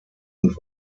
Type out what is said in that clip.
und